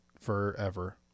Forever